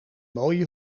mooie